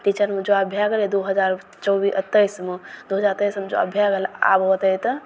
टीचरमे जॉब भै गेलै दुइ हजार चौबिस अँ तेइसमे दुइ हजार तेइसमे जॉब भै गेलै आब होतै तऽ